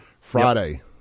Friday